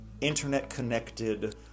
internet-connected